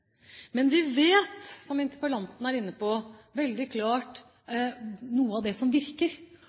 Vi vet, som interpellanten er inne på, veldig klart at noe av det som virker,